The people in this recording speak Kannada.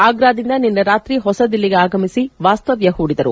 ಆಗ್ರಾದಿಂದ ನಿನ್ನೆ ರಾತ್ರಿ ಹೊಸದಿಲ್ಲಿಗೆ ಆಗಮಿಸಿ ವಾಸ್ತವ್ಯ ಪೂಡಿದರು